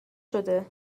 شده